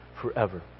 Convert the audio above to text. forever